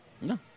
No